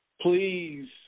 please